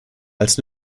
als